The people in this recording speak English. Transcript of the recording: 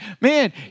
man